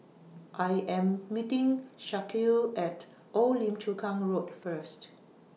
I Am meeting Shaquille At Old Lim Chu Kang Road First